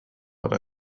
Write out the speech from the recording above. but